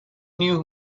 knew